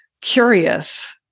curious